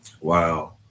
Wow